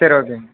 சரி ஓகேங்க